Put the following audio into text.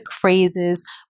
phrases